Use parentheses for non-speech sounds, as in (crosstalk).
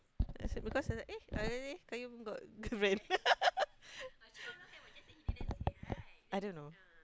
I said because I said eh alih alih Qayyum got girlfriend (laughs) I don't know